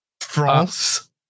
France